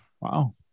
Wow